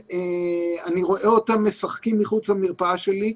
אני רואה אותם משחקים מחוץ למרפאה שלי,